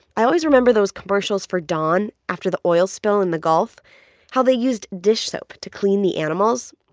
i always remember those commercials for dawn after the oil spill in the gulf how they used dish soap to clean the animals.